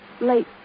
Late